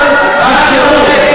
ההסדר.